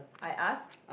I ask